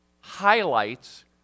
highlights